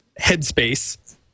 headspace